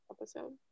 episode